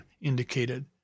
indicated